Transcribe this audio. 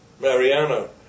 Mariano